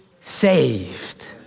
saved